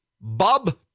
Bob